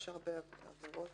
יש עבירה